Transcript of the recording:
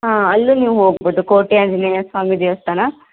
ಹಾಂ ಅಲ್ಲೂ ನೀವು ಹೋಗ್ಬೋದು ಕೋಟೆ ಆಂಜನೇಯ ಸ್ವಾಮಿ ದೇವಸ್ಥಾನ